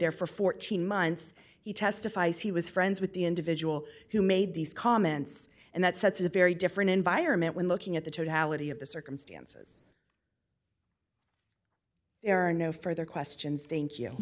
there for fourteen months he testifies he was friends with the individual who made these comments and that sets a very different environment when looking at the totality of the circumstances there are no further questions think you